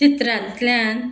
चित्रांतल्यान